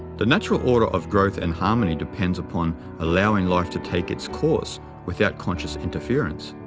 the natural order of growth and harmony depends upon allowing life to take its course without conscious interference.